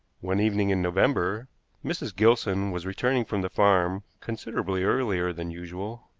one evening in november mrs. gilson was returning from the farm considerably earlier than usual,